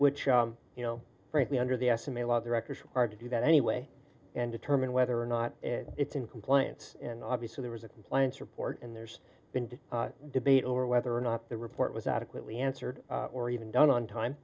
which you know frankly under the estimate a lot of directors are to do that anyway and determine whether or not it's in compliance and obviously there was a compliance report and there's been debate over whether or not the report was adequately answered or even done on time